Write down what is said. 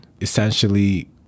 essentially